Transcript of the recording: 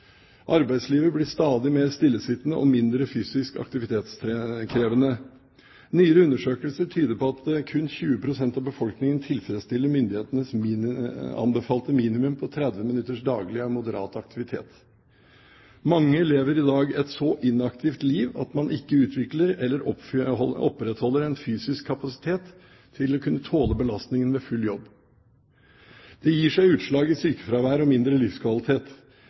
Arbeidslivet blir stadig mer stillesittende og mindre fysisk aktivitetskrevende. Nyere undersøkelser tyder på at kun 20 pst. av befolkningen tilfredsstiller myndighetenes anbefalte minimum på 30 minutters daglig moderat aktivitet. Mange lever i dag et så inaktivt liv at man ikke utvikler eller opprettholder en fysisk kapasitet til å kunne tåle belastningen ved full jobb. Det gir seg utslag i sykefravær og mindre livskvalitet.